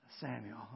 Samuel